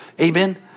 Amen